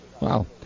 Wow